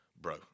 bro